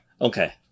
okay